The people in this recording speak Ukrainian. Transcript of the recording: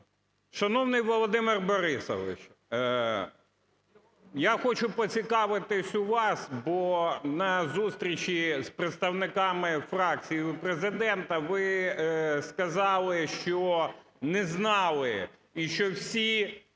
Шановний Володимир Борисович, я хочу поцікавитись у вас, бо на зустрічі з представниками фракції у Президента ви сказали, що не знали, і що всі